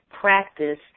practice